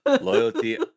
Loyalty